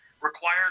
required